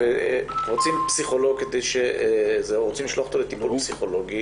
ורוצים לשלוח אותו לטיפול פסיכולוגי,